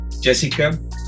Jessica